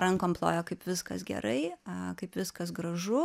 rankom plojo kaip viskas gerai kaip viskas gražu